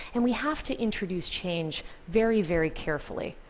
and we have to introduce change very, very carefully.